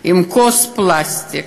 עם כוס פלסטיק.